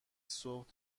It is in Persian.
صبح